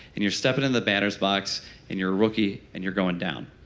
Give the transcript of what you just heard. you're stepping in the batter's box and you're a rookie and you're going down.